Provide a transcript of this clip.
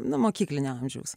nuo mokyklinio amžiaus